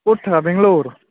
ক'ত থাকা বেঙ্গালোৰ